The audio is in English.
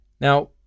Now